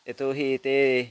यतो हि ते